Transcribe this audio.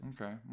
Okay